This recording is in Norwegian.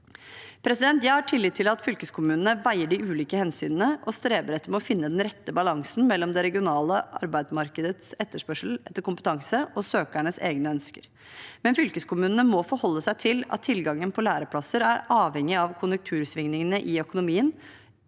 Jeg har tillit til at fylkeskommunene veier de ulike hensynene og streber etter å finne den rette balansen mellom det regionale arbeidsmarkedets etterspørsel etter kompetanse og søkernes egne ønsker, men fylkeskommunene må forholde seg til at tilgangen på læreplasser er avhengig av konjunktursvingningene i økonomien